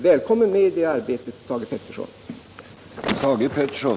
Väkommen med i det arbetet, Thage Peterson.